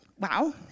Wow